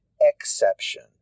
exception